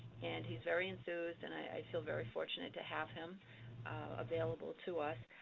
and he's very enthused, and i feel very fortunate to have him available to us.